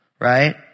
right